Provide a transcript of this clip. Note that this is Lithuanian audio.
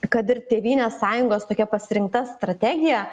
kad ir tėvynės sąjungos tokia pasirinkta strategija